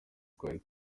twari